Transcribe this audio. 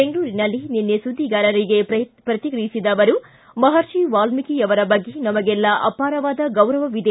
ಬೆಂಗಳೂರಿನಲ್ಲಿ ನಿನ್ನೆ ಸುದ್ದಿಗಾರರಿಗೆ ಪ್ರತಿಕ್ರಿಯಿಸಿದ ಅವರು ಮಹರ್ಷಿ ವಾಲ್ಮೀಕಿಯವರ ಬಗ್ಗೆ ನಮಗೆಲ್ಲ ಅವಾರವಾದ ಗೌರವ ಇದೆ